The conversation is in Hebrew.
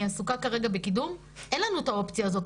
עסוקה כרגע בקידום אין לנו את האופציה הזאת,